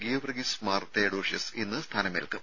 ഗീവർഗീസ് മാർ തെയഡോഷ്യസ് ഇന്ന് സ്ഥാനമേൽക്കും